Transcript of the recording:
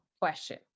question